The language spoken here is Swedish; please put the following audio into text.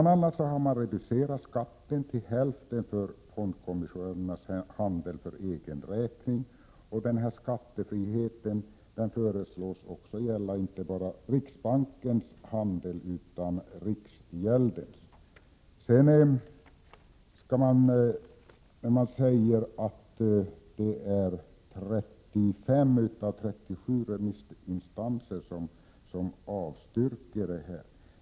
föreslår regeringen en halvering, jämfört med departementspromemorian, av skatten för fondkommissionärernas handel för egen räkning. Skattefriheten föreslås gälla inte bara riksbankens handel utan också riksgäldskontorets. Prot. 1987/88:130 | Det sägs att 35 av 37 remissinstanser har avstyrkt förslaget.